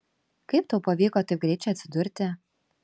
kaip tau pavyko taip greit čia atsidurti